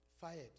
fired